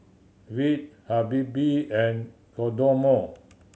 Veet Habibie and Kodomo